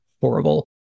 horrible